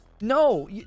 No